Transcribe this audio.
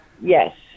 yes